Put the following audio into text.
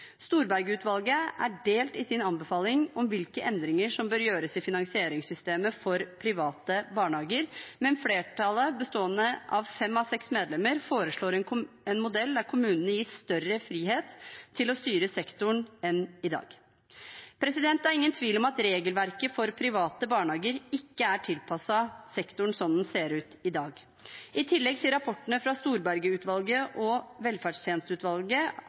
er delt i sin anbefaling om hvilke endringer som bør gjøres i finansieringssystemet for private barnehager. Men flertallet, bestående av fem av seks medlemmer, foreslår en modell der kommunene gis større frihet til å styre sektoren enn i dag. Det er ingen tvil om at regelverket for private barnehager ikke er tilpasset sektoren, som den ser ut i dag. I tillegg til rapportene fra Storberget-utvalget og velferdstjenesteutvalget